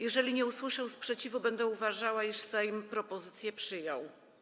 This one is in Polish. Jeżeli nie usłyszę sprzeciwu, będę uważała, iż Sejm propozycję przyjął.